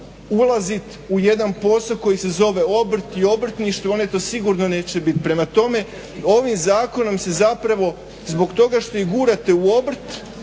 ulazit u jedan posao koji se zove obrt i obrtništvo, one to sigurno neće bit. Prema tome, ovim zakonom se zapravo zbog toga što ih gurate u obrt